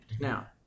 Now